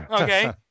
okay